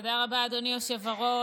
תודה רבה, אדוני היושב-ראש.